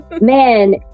man